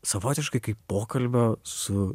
savotiškai kaip pokalbio su